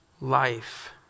life